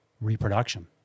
reproduction